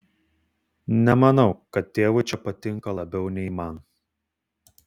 nemanau kad tėvui čia patinka labiau nei man